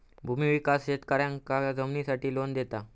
भूमि विकास शेतकऱ्यांका जमिनीसाठी लोन देता